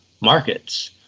markets